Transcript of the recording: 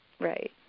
Right